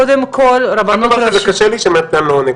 קודם כל הרבנות הראשית --- זה קשה לי שמתן לא עונה.